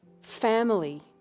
family